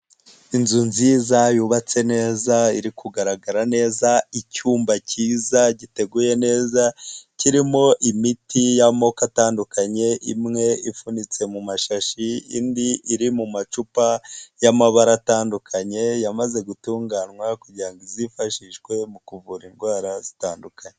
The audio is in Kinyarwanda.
Inzu nziza yubatse neza iri kugaragara neza, icyumba cyiza giteguye neza, kirimo imiti y'amoko atandukanye imwe ipfunitse mu mashashi, indi iri mu macupa y'amabara atandukanye yamaze gutunganywa kugira ngo izifashishwe mu kuvura indwara zitandukanye.